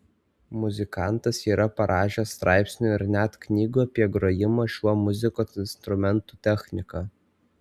muzikantas yra parašęs straipsnių ir net knygų apie grojimo šiuo muzikos instrumentu techniką